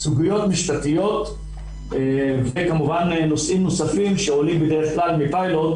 סוגיות משפטיות וכמובן נושאים נוספים שעולים בדרך כלל מפיילוט